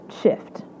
shift